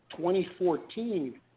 2014